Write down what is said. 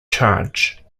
charge